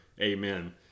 Amen